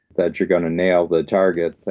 that you're going to nail the target.